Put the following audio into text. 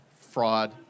fraud